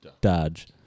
dodge